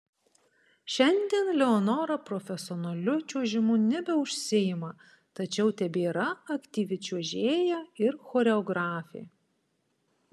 šiandien leonora profesionaliu čiuožimu nebeužsiima tačiau tebėra aktyvi čiuožėja ir choreografė